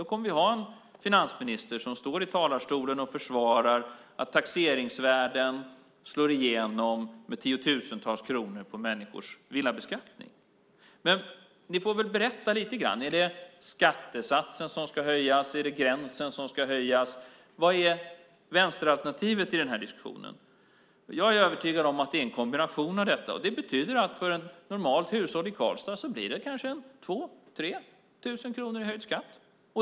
Då kommer vi att ha en finansminister som står i talarstolen och försvarar att taxeringsvärden slår igenom med tiotusentals kronor på människors villabeskattning. Ni får berätta lite grann. Är det skattesatsen som ska höjas? Är det gränsen som ska höjas? Vad är vänsteralternativet i diskussionen? Jag är övertygad om att det är en kombination av detta. Det betyder att för ett normalt hushåll i Karlstad blir det 2 000-3 000 kronor i höjd skatt.